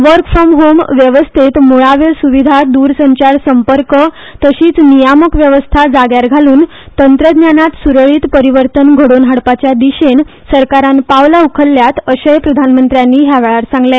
work from home व्यवस्थेत मुळाव्यो सुविधा दूरसंचार संपर्क तशीच नियामक व्यवस्था जाग्यार घालून तंत्रज्ञानात सुरळीत परीवर्तन घडोवन हाडपाच्या दिशेन सरकारान पांवलां उखलल्यात अशेय प्रधानमंत्र्यांनी ह्या वेळार सांगले